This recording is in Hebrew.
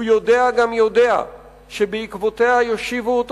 הוא יודע גם יודע שבעקבותיה יושיבו אותו